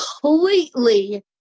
completely